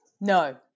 No